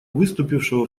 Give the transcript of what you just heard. выступившего